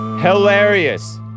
Hilarious